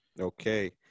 Okay